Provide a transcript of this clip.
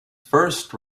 first